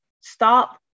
stop